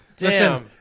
Listen